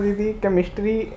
Chemistry